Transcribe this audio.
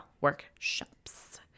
workshops